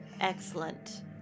Excellent